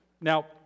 Now